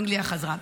אנגליה חזרה בה?